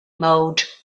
mode